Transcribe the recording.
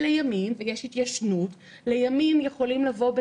ויש התיישנות, ולימים יכולים לבוא בטענות.